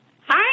Hi